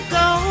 go